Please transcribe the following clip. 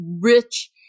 rich